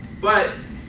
but,